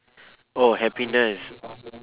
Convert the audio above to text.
oh happiness